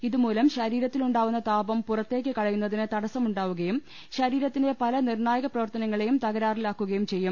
ഇതുമൂലം ശരീരത്തിലുണ്ടാ കുന്ന താപം പുറത്തേക്ക് കളയുന്നതിന് തടസമുണ്ടാവുകയും ശരീരത്തിന്റെ പല നിർണായക പ്രവർത്തനങ്ങളേയും തകരാറി ലാക്കുകയും ചെയ്യും